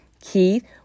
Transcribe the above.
Keith